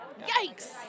yikes